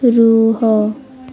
ରୁହ